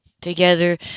together